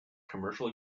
commercial